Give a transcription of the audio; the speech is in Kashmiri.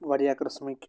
واریاہ قٕسمٕکۍ